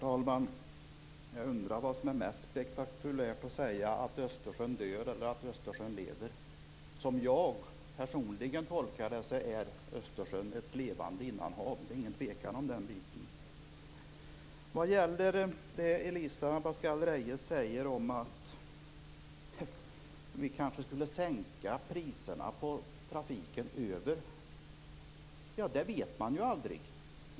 Herr talman! Jag undrar vad som är mest spektakulärt att säga: att Östersjön dör eller att den lever. Personligen tolkar jag det som att Östersjön är ett levande innanhav. Det råder inga tvivel om den saken. Elisa Abascal Reyes undrade om vi kanske skulle sänka priserna för trafiken över bron. Det vet man aldrig.